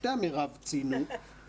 ששתי המירב ציינו,